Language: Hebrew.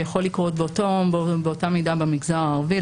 שיכול לקרות באותה מידה במגזר הערבי,